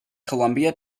columbia